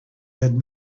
had